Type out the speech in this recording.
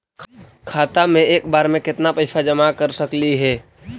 खाता मे एक बार मे केत्ना पैसा जमा कर सकली हे?